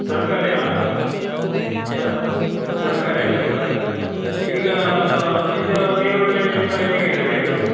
ತರಕಾರಿಯಾ ತರ್ ತರಕಾರಿ ಅಂಗಡಿಯೋರಾ ಈಗ ಇದು ಈರುಳ್ಳಿ ಎಲ್ಲ ಹೇಗಿದೆ ರೇಟು